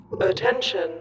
Attention